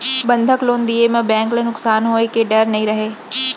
बंधक लोन दिये म बेंक ल नुकसान होए के डर नई रहय